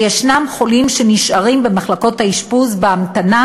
וישנם חולים שנשארים במחלקות האשפוז בהמתנה